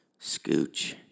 scooch